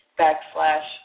backslash